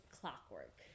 clockwork